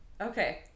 okay